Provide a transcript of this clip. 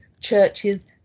churches